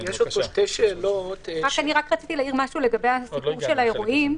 רציתי רק להעיר משהו לגבי האירועים.